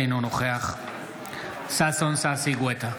אינו נוכח ששון ששי גואטה,